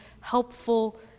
helpful